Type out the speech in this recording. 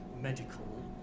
medical